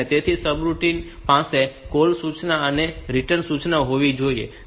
તેથી સબરૂટિન પાસે કૉલ સૂચના અને રિટર્ન સૂચના હોવી જોઈએ